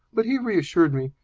but he reassured me.